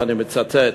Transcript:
ואני מצטט: